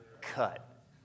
cut